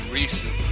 recent